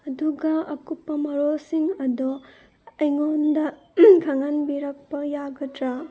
ꯑꯗꯨꯒ ꯑꯀꯨꯞꯄ ꯃꯔꯣꯜꯁꯤꯡ ꯑꯗꯣ ꯑꯩꯉꯣꯟꯗ ꯈꯪꯍꯟꯕꯤꯔꯛꯄ ꯌꯥꯒꯗ꯭ꯔꯥ